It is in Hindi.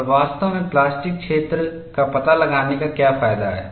और वास्तव में प्लास्टिक क्षेत्र का पता लगाने का क्या फायदा है